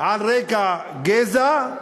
על רקע גזע,